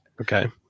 Okay